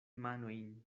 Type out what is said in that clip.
manojn